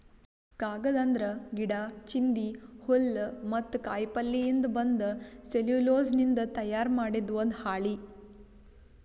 ಕಾಗದ್ ಅಂದ್ರ ಗಿಡಾ, ಚಿಂದಿ, ಹುಲ್ಲ್ ಮತ್ತ್ ಕಾಯಿಪಲ್ಯಯಿಂದ್ ಬಂದ್ ಸೆಲ್ಯುಲೋಸ್ನಿಂದ್ ತಯಾರ್ ಮಾಡಿದ್ ಒಂದ್ ಹಾಳಿ